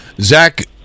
Zach